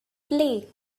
play